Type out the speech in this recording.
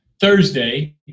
Thursday